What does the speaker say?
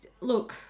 Look